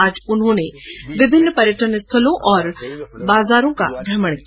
आज उन्होंने विभिन्न पर्यटन स्थलों एवं बाजारों का भ्रमण किया